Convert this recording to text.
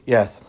Yes